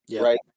right